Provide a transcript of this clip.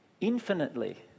infinitely